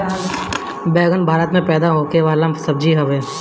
बैगन भारत में पैदा होखे वाला सब्जी हवे